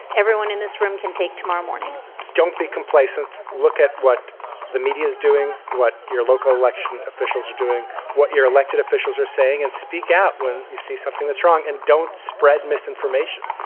everyone in this room can take tomorrow morning don't be complacent. look at what the media is doing, what your local election officials are doing, what your elected officials are saying, and speak out when you see something that's wrong and don't spread misinformation.